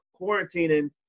quarantining